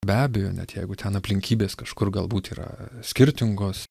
be abejo net jeigu ten aplinkybės kažkur galbūt yra skirtingos